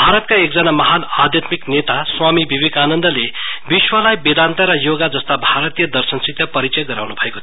भारतका एकपजना महान आध्यात्मिक नेता स्वामी वेवेकान्दले विश्वलाई वेदान्त र योगा जस्ता भारतीय दशर्नबिन परिचय गराउनु भएको थियो